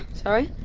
sorry?